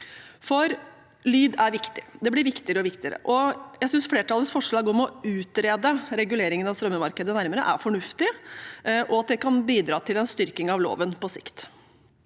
med. Lyd er viktig, og det blir viktigere og viktigere. Jeg synes flertallets forslag om å utrede reguleringen av strømmemarkedet nærmere er fornuftig, og at det kan bidra til en styrking av loven på sikt.